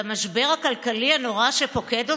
במשבר הכלכלי הנורא שפוקד אותנו,